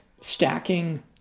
stacking